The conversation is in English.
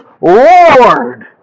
Lord